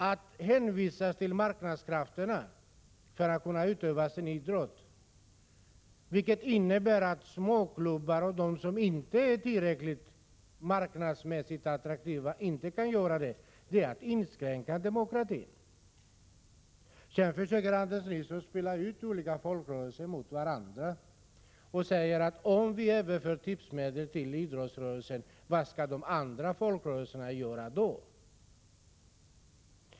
Att hänvisa till marknadskrafterna för att dessa småklubbar och de som marknadsmässigt inte är tillräckligt attraktiva skall kunna utöva sin idrott är att inskränka demokratin. Anders Nilsson försökte spela ut olika folkrörelser mot varandra och sade: Om vi överför tipsmedel till idrottsrörelsen, vad skall då de andra folkrörelserna göra?